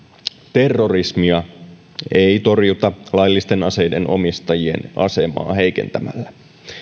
terrorismia ei torjuta laillisten aseiden omistajien asemaa heikentämällä